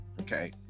Okay